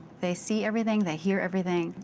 they see everything, they hear everything,